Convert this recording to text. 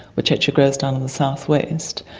which grows down in the south-west.